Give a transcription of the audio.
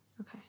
Okay